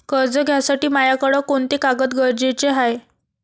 कर्ज घ्यासाठी मायाकडं कोंते कागद गरजेचे हाय?